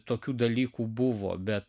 tokių dalykų buvo bet